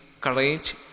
Courage